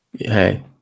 Hey